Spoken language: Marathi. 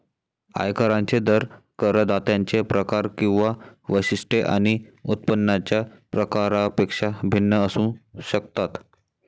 आयकरांचे दर करदात्यांचे प्रकार किंवा वैशिष्ट्ये आणि उत्पन्नाच्या प्रकारापेक्षा भिन्न असू शकतात